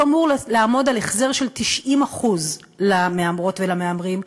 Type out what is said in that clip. הוא אמור לעמוד על החזר של 90% למהמרות ולמהמרים,